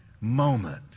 moment